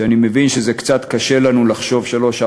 ואני מבין שזה קצת קשה לנו לחשוב שלוש,